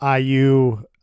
IU